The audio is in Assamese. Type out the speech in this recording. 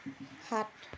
সাত